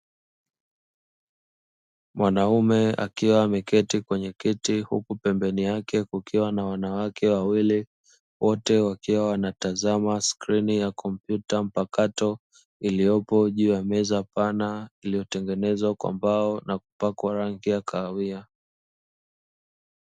Mwanaume akiwa ameketi kwenye kiti huku pembeni yake kukiwa na wanawake wawili, wote wakiwa wanatazama skrini ya komputa mpakato, iliyopo juu ya meza pana iliyotengenezwa kwa mbao na kupakwa rangi ya kahawia.